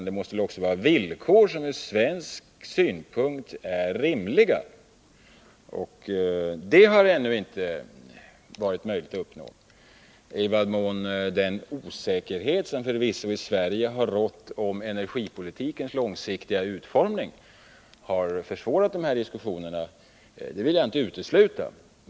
Det måste ju också vara villkor som från svensk synpunkt är rimliga, och det har ännu inte varit möjligt att uppnå sådana. Jag vill inte utesluta att den osäkerhet som förvisso har rått i Sverige om energipolitikens långsiktiga utformning har försvårat dessa diskussioner.